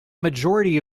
majority